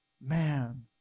Man